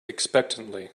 expectantly